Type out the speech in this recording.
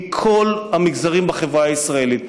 מכל המגזרים בחברה הישראלית,